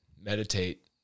meditate